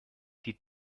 die